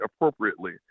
appropriately